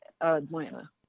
Atlanta